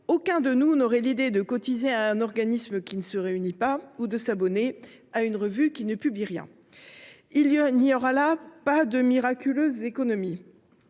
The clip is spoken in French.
aucun d’entre nous n’aurait l’idée de cotiser à un organisme qui ne se réunit pas ou de s’abonner à une revue qui ne publie rien ! Nous ne trouverons pas là de miraculeuses économies